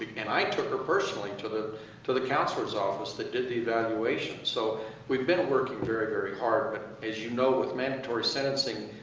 and i took her personally to the to the counselor's office that did the evaluation. so we've been working very, very hard. but as you know, with mandatory sentencing,